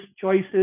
choices